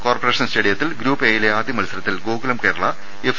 corporation സ്റ്റേഡിയത്തിൽ group A യിലെ ആദ്യ മത്സര ത്തിൽ ഗോകുലം കേരള എഫ്